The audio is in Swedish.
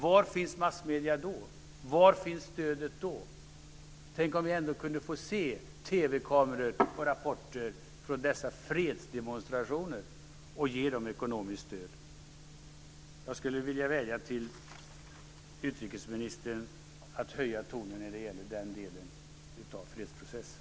Var finns massmedierna då? Var finns stödet då? Tänk om vi ändå kunde få se TV-kameror där och rapporter från dessa fredsdemonstrationer och ge dem ekonomiskt stöd. Jag skulle vilja vädja till utrikesministern att höja tonen när det gäller den delen av fredsprocessen.